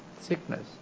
sickness